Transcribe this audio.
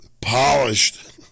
polished